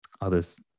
others